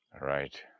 Right